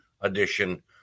edition